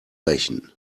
rächen